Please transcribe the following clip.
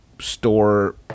store